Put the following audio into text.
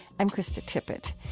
i'm krista tippett.